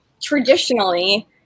traditionally